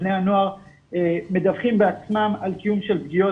בני הנוער מדווחים בעצמם על קיום של פגיעות.